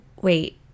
wait